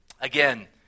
Again